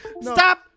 Stop